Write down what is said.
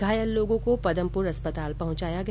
घायल लोगों को पदमपुर अस्पताल पहुंचाया गया